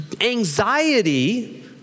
Anxiety